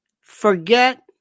Forget